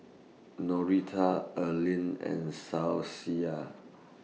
Norita Arlen and